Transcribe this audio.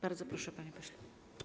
Bardzo proszę, panie pośle.